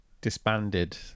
disbanded